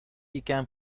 یکم